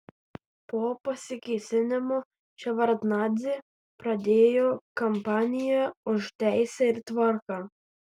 po pasikėsinimo ševardnadzė pradėjo kampaniją už teisę ir tvarką